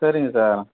சரிங்க சார்